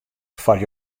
foar